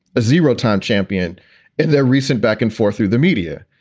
a zero time champion in their recent back and forth through the media.